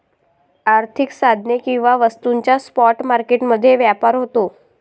आर्थिक साधने किंवा वस्तूंचा स्पॉट मार्केट मध्ये व्यापार होतो